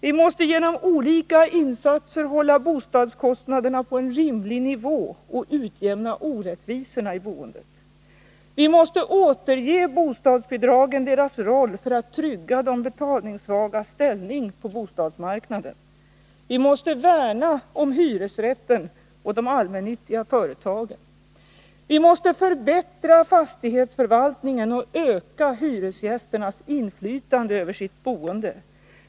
Vi måste genom olika insatser hålla boendekostnaderna på en rimlig nivå och utjämna orättvisorna i boendet. Vi måste återge bostadsbidragen deras roll för att trygga de betalningssvagas ställning på bostadsmarknaden. Vi måste värna om hyresrätten och de allmännyttiga företagen. Vi måste förbättra fastighetsförvaltningen och öka hyresgästernas inflytande över sitt boende.